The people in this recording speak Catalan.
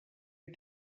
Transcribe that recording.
any